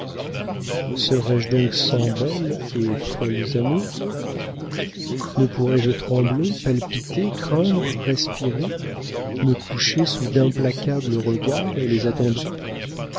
serais-je donc sans belles et folles amours ne pourrais-je trembler palpiter craindre respirer me coucher sous d'implacables regards et les attendrir